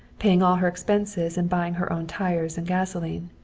paying all her expenses and buying her own tires and gasoline.